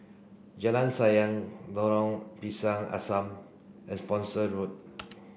Jalan Sayang Lorong Pisang Asam and Spooner Road